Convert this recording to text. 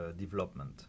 development